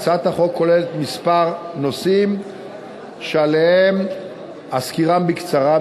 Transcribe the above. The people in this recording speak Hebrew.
הצעת החוק כוללת כמה נושאים שאזכירם בקצרה,